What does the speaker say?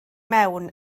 mewn